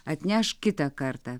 atneš kitą kartą